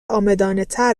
عامدانهتر